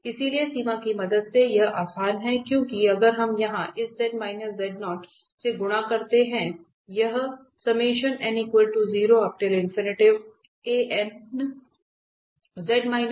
इसलिए सीमा की मदद से यह आसान है क्योंकि अगर हम यहां इस से गुणा करते हैं